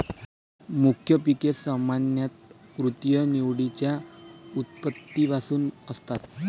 मुख्य पिके सामान्यतः कृत्रिम निवडीच्या उत्पत्तीपासून असतात